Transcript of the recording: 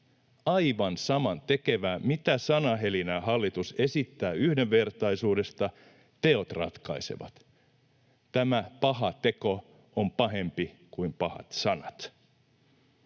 aivan samantekevää, mitä sanahelinää hallitus esittää yhdenvertaisuudesta, teot ratkaisevat. Tämä paha teko on pahempi kuin pahat sanat.